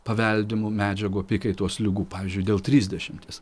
paveldimų medžiagų apykaitos ligų pavyzdžiui dėl trisdešimties